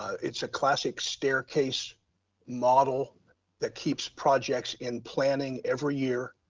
it's a classic staircase model that keeps projects in planning every year,